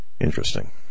Interesting